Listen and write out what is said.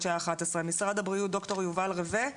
משרד הבריאות, דוקטור יובל רווה,